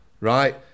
right